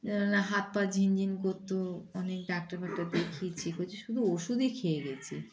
কেন না হাত পা ঝিনঝিন করত অনেক ডাক্তার বাক্টার দেখিয়েছি প্রচুর শুধু ওষুধই খেয়ে গিয়েছি